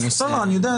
אני יודע.